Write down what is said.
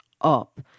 up